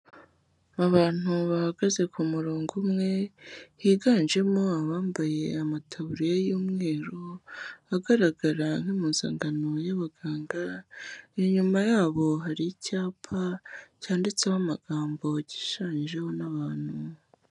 Abantu bahagaze kumurongo umwe higanjemo abambaye amataburiya y'umweru agaragara nk'impuzangano y'abaganga, inyuma yabo hari icyapa cyanditseho amagambo gishushanyijeho n'abantu.